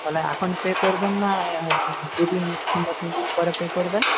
তাহলে এখন পে করবেন না দু দিন কিংবা তিনদিন পরে পে করবেন